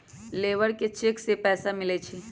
Labour के cheque से पैसा मिलई छई कि?